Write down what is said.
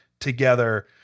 together